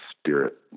spirit